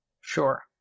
Sure